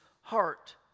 heart